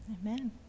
Amen